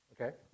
Okay